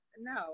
no